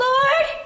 Lord